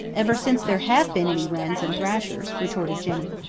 ever since there have been any wrens and thrashers, retorted jenny.